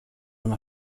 were